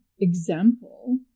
example